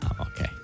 Okay